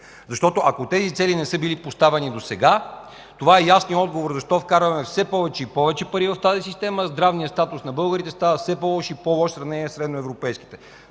Ако тези цели не са били поставяни досега, това е ясният отговор защо вкарваме все повече и повече пари в системата, а здравният статус на българите става все по-лош и по-лош в сравнение